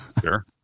Sure